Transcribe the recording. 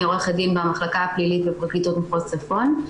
אני עורכת דין במחלקה הפלילית בפרקליטות מחוז צפון.